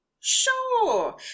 sure